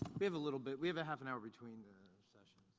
we have a little bit. we have a half an hour between the sessions.